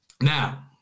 now